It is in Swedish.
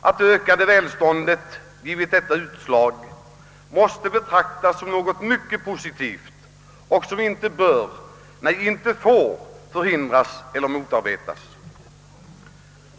Att det ökade välståndet givit detta utslag måste betraktas såsom något positivt — något som inte bör och inte får förhindras eller motarbetas.